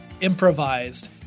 improvised